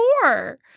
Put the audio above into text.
four